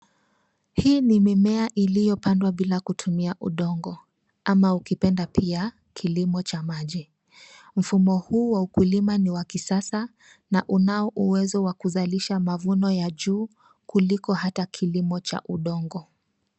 Hii ni mimea iliyopandwa bila kutumia udongo ama ukipenda pia kilimo cha maji. Mfumo huu wa ukulima ni wa kisasa na unao uwezo wa kuzalisha mavuno ya juu kuliko hata kilimo cha udongo.